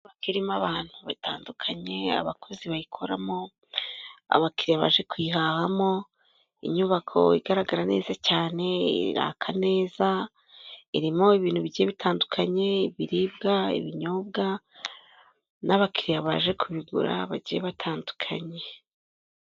Inyubako irimo abantu batandukanye abakozi bayikoramo, abakiriya baje kuyihahamo, inyubako igaragara neza cyane iraka neza, irimo ibintu bigiye bitandukanye ibiribwa, ibinyobwa n'abakiriya baje kubigura bagiye batandukanye.